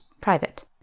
Private